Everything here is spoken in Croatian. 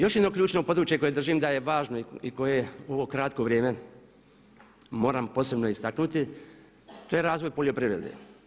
Još jedno ključno područje koje držim da je važno i koje u ovo kratko vrijeme moram posebno istaknuti, to je razvoj poljoprivrede.